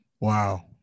wow